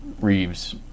reeves